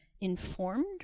informed